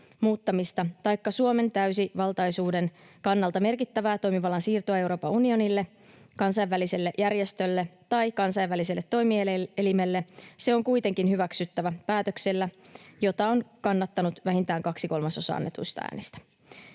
muuttamista taikka Suomen täysivaltaisuuden kannalta merkittävää toimivallan siirtoa Euroopan unionille, kansainväliselle järjestölle tai kansainväliselle toimielimelle, se on kuitenkin hyväksyttävä päätöksellä, jota on kannattanut vähintään kaksi kolmasosaa annetuista äänistä.